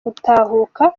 gutahuka